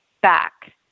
back